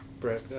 Brett